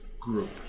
group